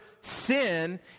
sin